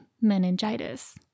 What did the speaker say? meningitis